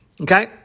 okay